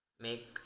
make